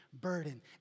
burden